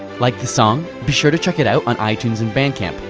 like this song? be sure to check it out on itunes and bandcamp.